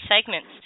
segments